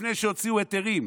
לפני שהוציאו היתרים,